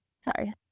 Sorry